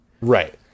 Right